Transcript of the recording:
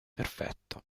perfetto